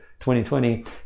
2020